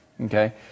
okay